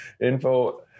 Info